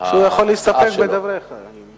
הוא יכול להסתפק בדבריך, אדוני.